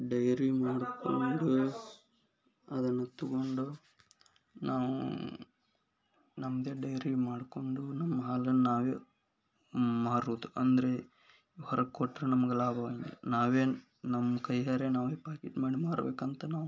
dairy ಮಾಡಿಕೊಂಡು ಅದನ್ನು ತೊಗೊಂಡು ನಾವು ನಮ್ಮದೇ ಡೈರಿ ಮಾಡಿಕೊಂಡು ನಮ್ಮ ಹಾಲನ್ನು ನಾವೇ ಮಾರುವುದು ಅಂದರೆ ಹೊರಗೆ ಕೊಟ್ಟರೆ ನಮ್ಗೆ ಲಾಭ ನಾವೇ ನಮ್ಮ ಕೈಯ್ಯಾರೆ ನಾವೇ ಪ್ಯಾಕೆಟ್ ಮಾಡಿ ಮಾರಬೇಕಂತ ನಾವು